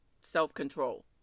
self-control